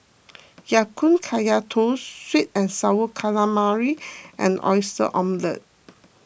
Ya Kun Kaya Toast Sweet and Sour Calamari and Oyster Omelette